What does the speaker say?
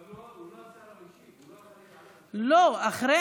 אבל הוא לא השר המשיב, לא, אחרי